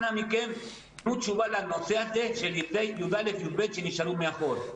אנא מכם תנו תשובה לנושא הזה של ילדי י"א- י"ב שנשארו מאחור.